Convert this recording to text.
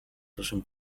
proszę